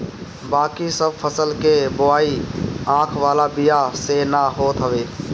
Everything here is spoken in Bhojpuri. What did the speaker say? बाकी सब फसल के बोआई आँख वाला बिया से ना होत हवे